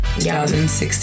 2016